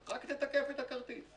רק לתקף את הכרטיס.